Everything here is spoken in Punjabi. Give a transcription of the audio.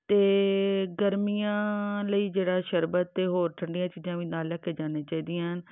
ਅਤੇ ਗਰਮੀਆਂ ਲਈ ਜਿਹੜਾ ਸ਼ਰਬਤ ਅਤੇ ਹੋਰ ਠੰਡੀਆਂ ਚੀਜ਼ਾਂ ਵੀ ਨਾਲ ਲੈ ਕੇ ਜਾਣੀਆ ਚਾਹੀਦੀਆਂ